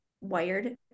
wired